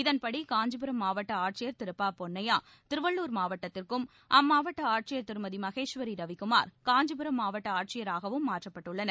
இதன்படி காஞ்சிபுரம் மாவட்ட ஆட்சியர் திரு பா பொன்னையா திருவள்ளுர் மாவட்டத்திற்கும் அம்மாவட்ட ஆட்சியர் திருமதி மகேஸ்வரி ரவிகுமார் காஞ்சிபுரம் மாவட்ட ஆட்சியராகவும் மாற்றப்பட்டுள்ளனர்